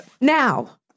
Now